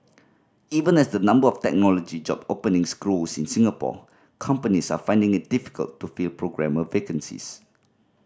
even as the number of technology job openings grows in Singapore companies are finding it difficult to fill programmer vacancies